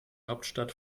hauptstadt